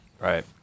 Right